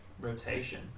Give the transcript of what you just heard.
rotation